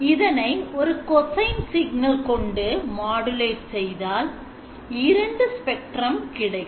இதனை ஒரு Cosine signal cos2πMn கொண்டு modulate செய்தா இல் 2 ஸ்பெக்ட்ரம் கிடைக்கும்